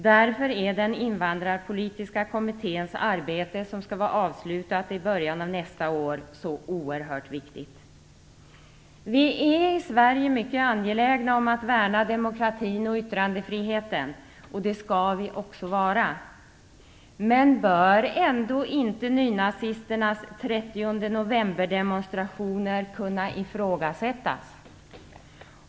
Därför är den invandrarpolitiska kommitténs arbete, som skall vara avslutat i början av nästa år, så oerhört viktigt. Vi är i Sverige mycket angelägna om att värna demokratin och yttrandefriheten, och det skall vi också vara. Men bör ändå inte nynazisternas 30 novemberdemonstrationer kunna ifrågasättas?